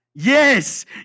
Yes